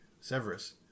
Severus